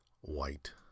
white